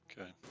Okay